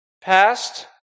Past